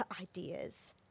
ideas